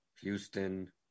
Houston